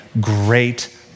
great